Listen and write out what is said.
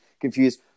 confused